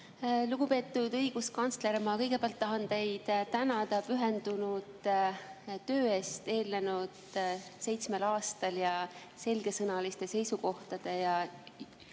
Lugupeetud õiguskantsler! Kõigepealt tahan teid tänada pühendunud töö eest eelnenud seitsmel aastal ning selgesõnaliste seisukohtade